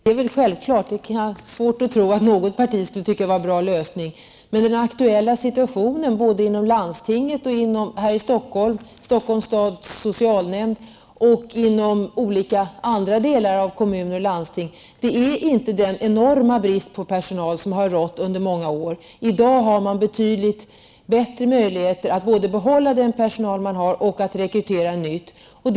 Herr talman! Det är självklart. Jag har svårt att tro att något parti skulle tycka att det är en bra lösning. Stockholm, i Stockholms stads socialnämnd och inom olika delar av kommun och landsting är inte sådan att det råder en enorm brist på personal, så som det varit under många år. I dag är det betydligt lättare att behålla den personal som finns och rekrytera ny personal.